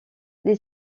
les